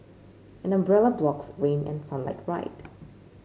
an umbrella blocks rain and sunlight right